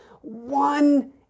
one